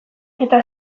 eta